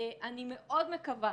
אני מאוד מקווה